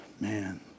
man